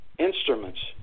Instruments